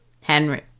Henry